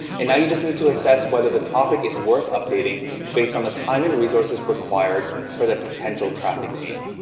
and now you just need to assess whether the topic is worth updating based on the time and resources required for the potential traffic gain.